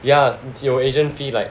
yeah 有 agent fee like